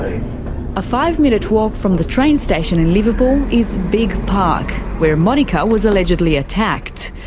a five-minute walk from the train station in liverpool is bigge park, where monika was allegedly attacked.